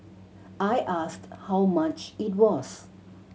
I asked how much it was